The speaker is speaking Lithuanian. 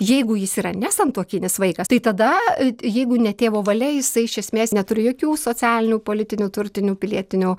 jeigu jis yra nesantuokinis vaikas tai tada jeigu ne tėvo valia jisai iš esmės neturi jokių socialinių politinių turtinių pilietinių